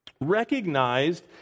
recognized